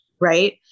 right